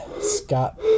Scott